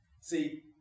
See